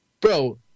Bro